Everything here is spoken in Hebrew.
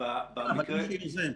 בבקשה.